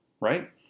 right